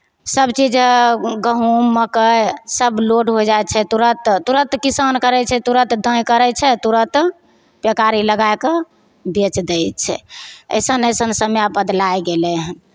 सभचीज गहुँम मकइ सभ लोड हो जाइ छै तुरन्त तुरन्त किसान करै छै तुरन्त दाँइ करै छै तुरन्त पहिकारी लगाए कऽ बेचि दै छै अइसन अइसन समय बदलाए गेलै हन